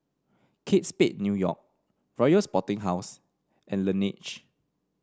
Kate Spade New York Royal Sporting House and Laneige